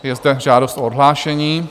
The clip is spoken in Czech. Je zde žádost o odhlášení.